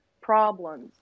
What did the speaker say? problems